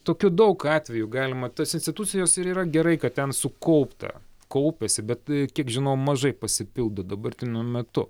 tokių daug atveju galima tos institucijos ir yra gerai kad ten sukaupta kaupiasi bet kiek žinau mažai pasipildo dabartiniu metu